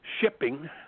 shipping